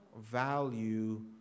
value